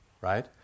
right